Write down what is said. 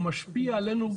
היא משפיעה עלינו.